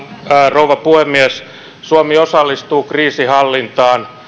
rouva puhemies suomi osallistuu kriisinhallintaan